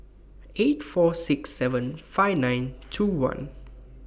eight four six seven five nine two one